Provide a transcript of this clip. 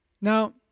Now